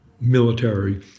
military